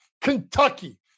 Kentucky